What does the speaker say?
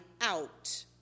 out